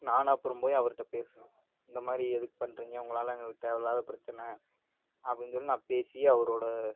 நானும் அப்புறம் போய் அவருகிட்ட பேசுனேன் இந்த மாதிரி எதுக்கு பண்ணுறீங்க உங்களால எங்களுக்கு தேவயில்லாத பிரச்சனை அப்படின்னு சொல்லி நான் பேசி அவரோடய